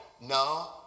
No